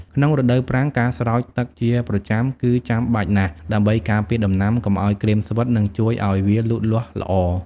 ក្នុងរដូវប្រាំង ការស្រោចទឹកជាប្រចាំគឺចាំបាច់ណាស់ ដើម្បីការពារដំណាំកុំឱ្យក្រៀមស្វិត និងជួយឱ្យវាលូតលាស់ល្អ។